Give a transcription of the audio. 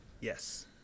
Yes